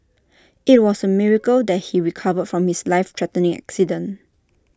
IT was A miracle that he recovered from his life threatening accident